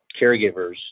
caregivers